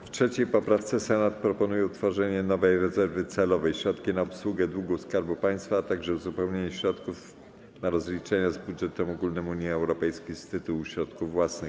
W 3. poprawce Senat proponuje utworzenie nowej rezerwy celowej: Środki na obsługę długu Skarbu Państwa, a także uzupełnienie środków na rozliczenia z budżetem ogólnym Unii Europejskiej z tytułu środków własnych.